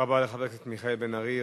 תודה רבה לחבר כנסת מיכאל בן-ארי.